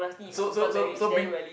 so so so so bring